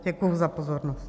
Děkuji za pozornost.